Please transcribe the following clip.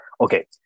Okay